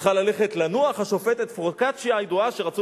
צריכה ללכת לנוח השופטת פרוקצ'יה הידועה שרצו